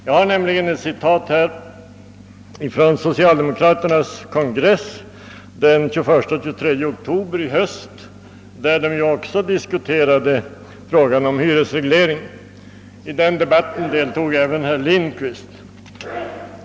Jag har nämligen här ett uttalande av herr Lindkvist från socialdemokraternas kongress den 21—23 oktober i höst, där de ju också diskuterade hyresregleringen.